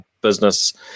Business